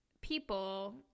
people